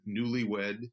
newlywed